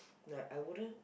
like I wouldn't